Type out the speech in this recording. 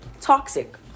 toxic